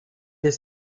ist